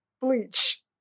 bleach